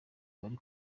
bari